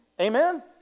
Amen